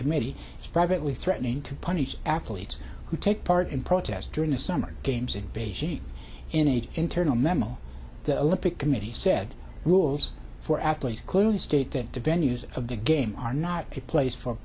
committee is privately threatening to punish athletes who take part in protests during the summer games in beijing in a internal memo the olympic committee said rules for athletes clearly state that the venues of the game are not a place for